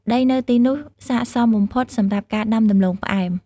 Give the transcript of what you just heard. ដីនៅទីនោះស័ក្តិសមបំផុតសម្រាប់ការដាំដំឡូងផ្អែម។